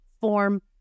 form